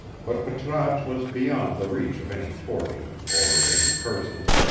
but patrasche was beyond the reach of any torture or of any curses.